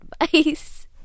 advice